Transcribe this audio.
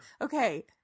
okay